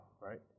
right